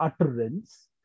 utterance